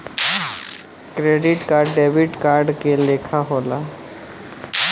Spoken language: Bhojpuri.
क्रेडिट कार्ड डेबिट कार्ड के लेखा होला